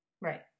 right